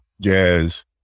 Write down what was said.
jazz